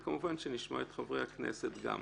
וכמובן שנשמע את חברי הכנסת גם.